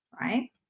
right